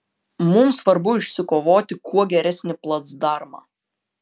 mums svarbu išsikovoti kuo geresnį placdarmą